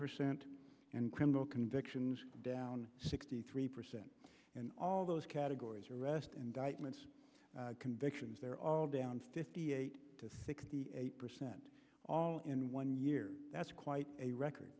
percent and criminal convictions down sixty three percent in all those categories arrest indictments convictions they're all down fifty eight to sixty eight percent all in one year that's quite a record